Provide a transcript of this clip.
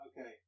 Okay